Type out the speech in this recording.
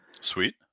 Sweet